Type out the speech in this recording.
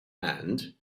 and